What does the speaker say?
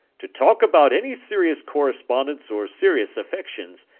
to talk about any serious correspondence or serious affections,